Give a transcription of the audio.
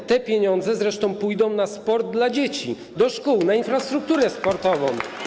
A te pieniądze pójdą na sport dla dzieci, do szkół, na infrastrukturę sportową.